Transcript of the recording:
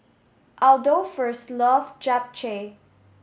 Adolphus love Japchae